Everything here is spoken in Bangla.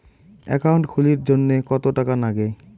একাউন্ট খুলির জন্যে কত টাকা নাগে?